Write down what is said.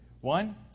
One